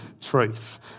truth